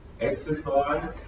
Exercise